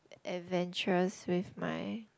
adventurous with my